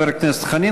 תודה לחבר הכנסת חנין.